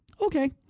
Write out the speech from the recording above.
Okay